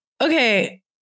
Okay